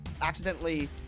accidentally